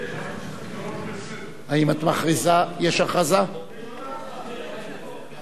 אישור צו מס ערך מוסף (שיעור המס על עסקה ועל ייבוא טובין)